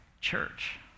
church